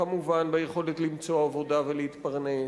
כמובן ביכולת למצוא עבודה ולהתפרנס,